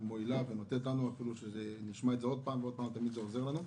שמועילה לנו ונשמע את זה שוב ושוב, זה עוזר לנו.